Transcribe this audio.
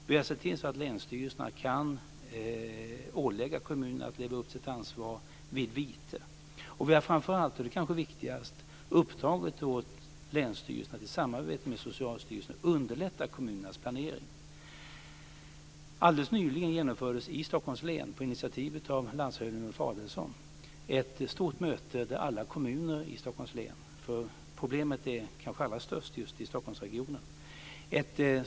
Vi har sett till så att länsstyrelserna kan ålägga kommunerna att leva upp till sitt ansvar, vid vite. Framför allt har vi uppdragit åt länsstyrelserna att i samarbete med Socialstyrelsen underlätta kommunernas planering. Det är kanske viktigast. Alldeles nyligen genomfördes i Stockholms län, på initiativ av landshövding Ulf Adelsohn, ett stort möte där alla kommuner i Stockholms län fick redovisa vilka planer de har.